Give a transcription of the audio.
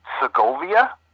Segovia